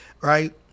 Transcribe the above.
right